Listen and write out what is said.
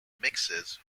mixes